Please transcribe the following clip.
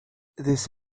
this